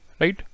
right